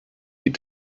die